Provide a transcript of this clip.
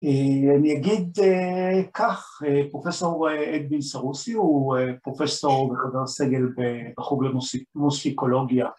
‫אני אגיד כך, פרופ' אקבינס ארוסי ‫הוא פרופ' וחבר הסגל בחוג למוסיקולוגיה.